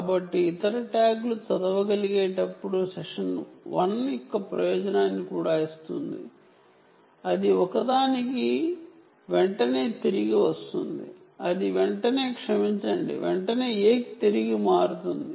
కాబట్టి ఇతర ట్యాగ్లు చదవగలిగేటప్పుడు సెషన్ 1 యొక్క ప్రయోజనాన్ని కూడా ఇస్తుంది అది ఒకదానికి వెంటనే తిరిగి వస్తుంది అది వెంటనే క్షమించండి వెంటనే A కి తిరిగి మారుతుంది